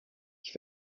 ich